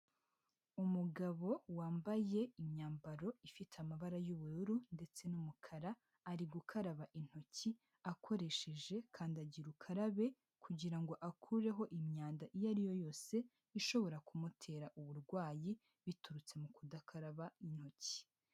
Umugabo wambaye imyambaro ifite amabara y'ubururu ndetse n'umukara, ari gukaraba intoki akoresheje kandagira ukarabe kugira ngo akureho imyanda iyo ari yo yose ishobora kumutera uburwayi biturutse mu kudakaraba intoki.